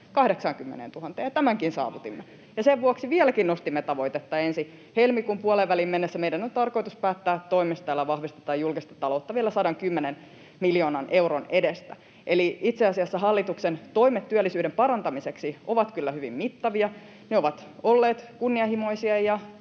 80 000:een, ja tämänkin saavutimme, ja sen vuoksi vieläkin nostimme tavoitetta: ensi helmikuun puoleenväliin mennessä meidän on tarkoitus päättää toimista, joilla vahvistetaan julkista taloutta vielä 110 miljoonan euron edestä. Eli itse asiassa hallituksen toimet työllisyyden parantamiseksi ovat kyllä hyvin mittavia. Ne ovat olleet kunnianhimoisia,